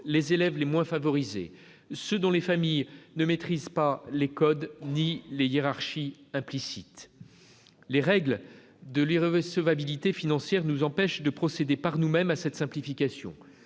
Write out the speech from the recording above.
les élèves les moins favorisés, ceux dont les familles ne maîtrisent pas les codes ni les hiérarchies implicites. Les règles de l'irrecevabilité financière nous empêchent de procéder par nous-mêmes à cette simplification.